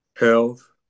health